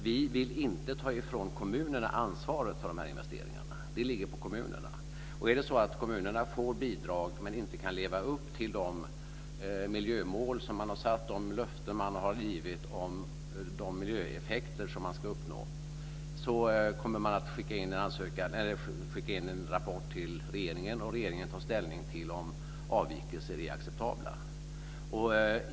Vi vill inte ta ifrån kommunerna ansvaret för dessa investeringar, det ligger på kommunerna. Är det så att kommunerna får bidrag men inte kan leva upp till de miljömål som de har satt upp, de löften man har givit om de miljöeffekter som ska uppnås, kommer man att skicka in en rapport till regeringen. Regeringen tar ställning till om avvikelserna är acceptabla.